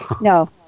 No